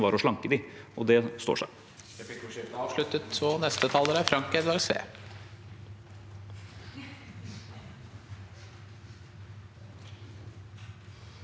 var å slanke dem, og det står seg.